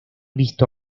visto